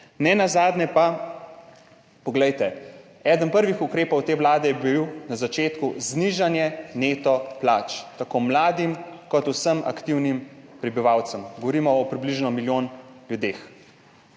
Nenazadnje pa, poglejte, eden prvih ukrepov te vlade je bil na začetku znižanje neto plač, tako mladim kot vsem aktivnim prebivalcem, govorimo o približno milijon ljudeh.